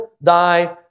thy